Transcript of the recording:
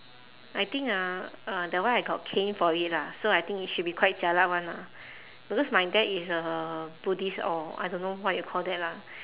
I think ah uh that one I got caned for it lah so I think it should be quite jialat [one] lah because my dad is a buddhist or I don't know what you call that lah